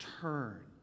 turn